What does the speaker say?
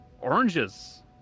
oranges